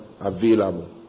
available